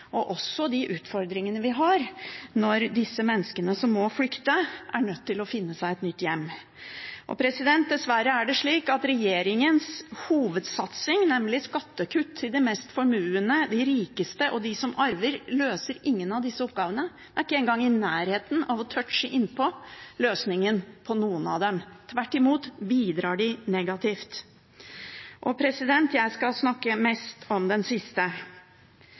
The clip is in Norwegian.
og også de utfordringene vi har når disse menneskene som må flykte, er nødt til å finne seg et nytt hjem. Dessverre er det slik at regjeringens hovedsatsing, nemlig skattekutt til de mest formuende, de rikeste og dem som arver, løser ingen av disse oppgavene. Det er ikke engang i nærheten av å touche inn på løsningen på noen av dem – tvert imot bidrar de negativt. Jeg skal snakke mest om den siste.